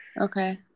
Okay